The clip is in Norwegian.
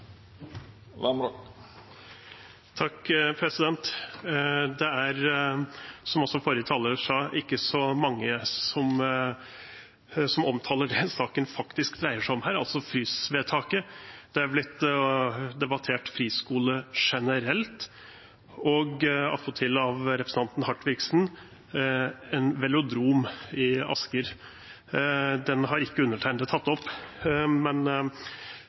sa, ikke så mange som omtaler det saken faktisk dreier seg om, altså frysvedtaket. Det er blitt debattert friskoler generelt, og attpåtil, av representanten Hartviksen, en velodrom i Asker. Den har ikke undertegnede tatt opp, men